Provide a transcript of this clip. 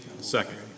second